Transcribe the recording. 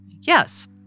Yes